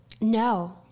No